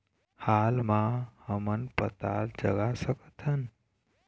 हाल मा हमन पताल जगा सकतहन?